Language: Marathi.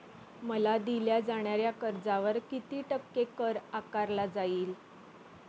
मला दिल्या जाणाऱ्या कर्जावर किती टक्के कर आकारला जाईल?